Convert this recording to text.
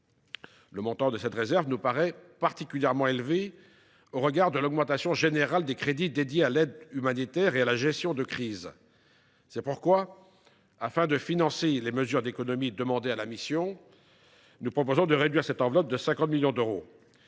Le montant de cette réserve nous paraît particulièrement élevé au regard de l’augmentation générale des crédits consacrés à l’aide humanitaire et à la gestion de crise. C’est pourquoi, afin de financer les mesures d’économies demandées à la mission, nous proposons de réduire cette enveloppe de 50 millions d’euros.